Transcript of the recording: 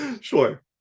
Sure